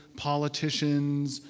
politicians,